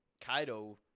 Kaido